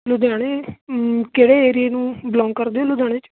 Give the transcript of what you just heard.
ਲੁਧਿਆਣੇ ਕਿਹੜੇ ਏਰੀਏ ਨੂੰ ਬਿਲੋਂਗ ਕਰਦੇ ਲੁਧਿਆਣੇ 'ਚ